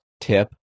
Tip